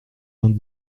vingt